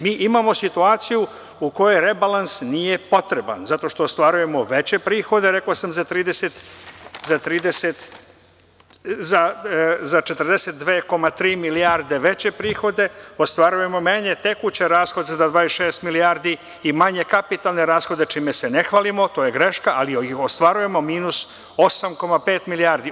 Mi imamo situaciju u kojoj rebalans nije potreban zato što ostvarujemo veće prihode, rekao sam za 42,3 milijarde veće prihode, ostvarujemo manje tekuće rashode za 26 milijardi i manje kapitalne rashode, čime se ne hvalimo, to je greška, ali ostvarujemo minus 8,5 milijardi.